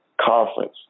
conference